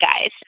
guys